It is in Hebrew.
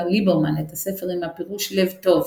ליברמן את הספר עם הפירוש "לב טוב",